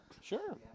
Sure